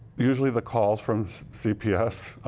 usually the calls from cps.